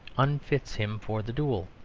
unfits him for the duel.